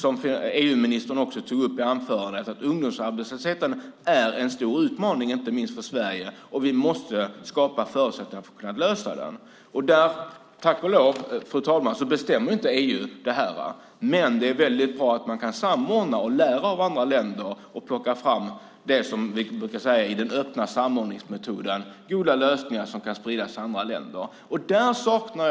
EU-ministern tog också upp i sitt anförande att ungdomsarbetslösheten är en stor utmaning, inte minst för Sverige, och vi måste skapa förutsättningar för att kunna lösa den. Tack och lov, fru talman, bestämmer inte EU det här, men det är väldigt bra att man kan samordna och lära av andra länder och plocka fram goda lösningar som kan spridas till andra länder, som vi brukar säga i den öppna samordningsmetoden.